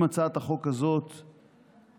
אם הצעת החוק הזאת תתקבל,